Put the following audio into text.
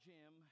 Jim